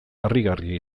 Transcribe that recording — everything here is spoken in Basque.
harrigarria